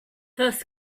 first